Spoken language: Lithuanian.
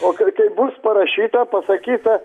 o kai kai bus parašyta pasakyta